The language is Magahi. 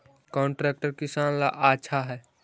कौन ट्रैक्टर किसान ला आछा है?